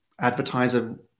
advertiser